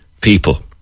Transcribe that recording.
people